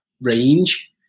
range